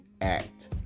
act